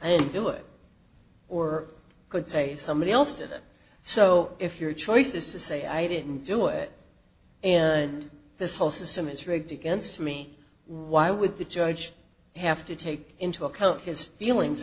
don't do it or could say somebody else did it so if your choice is to say i didn't do it and this whole system is rigged against me why would the judge have to take into account his feelings